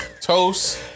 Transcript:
toast